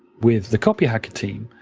with the copy hackers team,